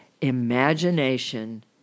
imagination